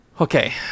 Okay